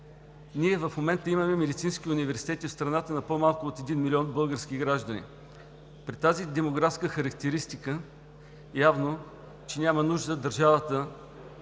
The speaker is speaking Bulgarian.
Ние в момента имаме медицински факултети в страната за по-малко от 1 милион български граждани. При тази демографска характеристика е явно, че няма нужда държавата